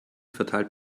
verteilt